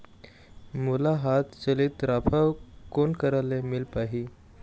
मोला हाथ चलित राफा कोन करा ले मिल पाही?